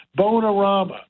Bonarama